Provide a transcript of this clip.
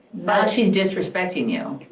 she's disrespecting you,